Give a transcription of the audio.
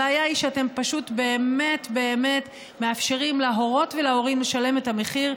הבעיה היא שאתם פשוט באמת באמת מאפשרים להורות ולהורים לשלם את המחיר,